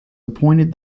appointed